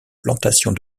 plantations